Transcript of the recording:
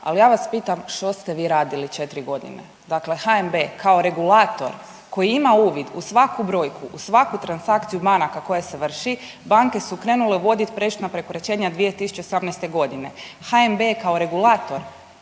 al ja vas pitam što ste vi radili 4.g., dakle HNB kao regulator koji ima uvid u svaku brojku, u svaku transakciju banaka koje se vrši, banke su krenule uvodit prešutna prekoračenja 2018.g., HNB je kao regulator